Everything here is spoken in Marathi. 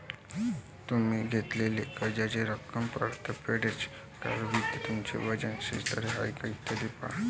तुम्ही घेतलेल्या कर्जाची रक्कम, परतफेडीचा कालावधी, तुमचे व्याज स्थिर आहे का, इत्यादी पहा